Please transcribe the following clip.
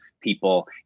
people